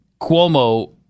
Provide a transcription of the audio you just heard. Cuomo